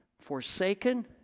forsaken